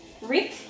Rick